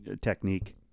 technique